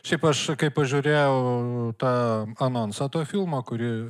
šiaip aš kai pažiūrėjau tą anonsą to filmo kurį